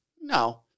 No